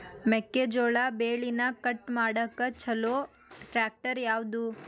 ಮೆಕ್ಕೆ ಜೋಳ ಬೆಳಿನ ಕಟ್ ಮಾಡಾಕ್ ಛಲೋ ಟ್ರ್ಯಾಕ್ಟರ್ ಯಾವ್ದು?